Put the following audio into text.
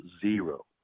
zero